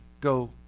go